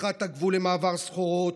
פתיחת הגבול למעבר סחורות,